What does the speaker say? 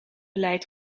leidt